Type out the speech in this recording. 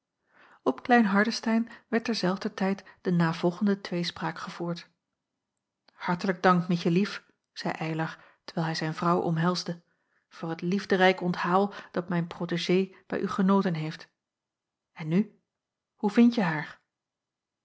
op klein hardestein werd terzelfde tijd de navolgende tweespraak gevoerd hartelijk dank mietje lief zeî eylar terwijl hij zijn vrouw omhelsde voor het liefderijk onthaal dat mijn protégée bij u genoten heeft en nu hoe vindje